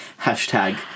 hashtag